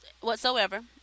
whatsoever